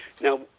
Now